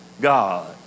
God